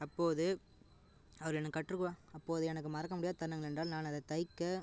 அப்போது அவர் எனக்கு கற்றுவா அப்போது எனக்கு மறக்க முடியாத தருணங்கள் என்றால் நான் அதை தைக்க